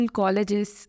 colleges